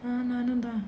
mm நானும்தா:naanumdhaa